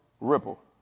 ripple